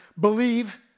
Believe